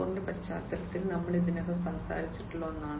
0 യുടെ പശ്ചാത്തലത്തിൽ നമ്മൾ ഇതിനകം സംസാരിച്ചിട്ടുള്ള ഒന്നാണ്